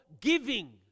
giving